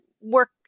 work